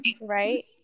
Right